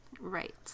right